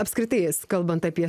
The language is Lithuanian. apskritais kalbant apie